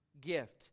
gift